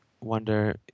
wonder